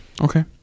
okay